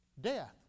Death